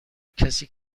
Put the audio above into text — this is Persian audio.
کسی